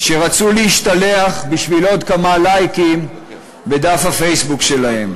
שרצו להשתלח בשביל עוד כמה לייקים בדף הפייסבוק שלהם.